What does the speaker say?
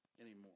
anymore